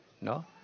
no